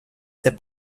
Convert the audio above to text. ses